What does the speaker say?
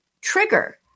trigger